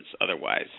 otherwise